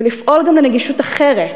ולפעול גם לנגישות אחרת,